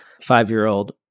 five-year-old